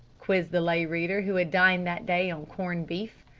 quizzed the lay reader who had dined that day on corned beef.